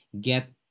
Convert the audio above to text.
get